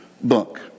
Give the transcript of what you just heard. book